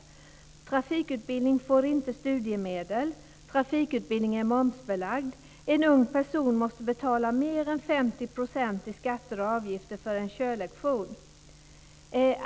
För trafikutbildning får man inte studiemedel. Trafikutbildning är dessutom momsbelagd. En ung person måste betala mer än 50 % i skatter och avgifter för en körlektion.